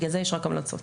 יש רק המלצות.